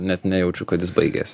net nejaučiu kad jis baigės